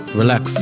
relax